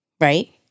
right